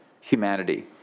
humanity